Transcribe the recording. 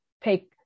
Pay